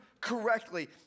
correctly